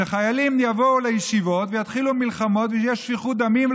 שחיילים יבואו לישיבות ויתחילו מלחמות ותהיה שפיכות דמים.